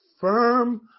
firm